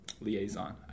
liaison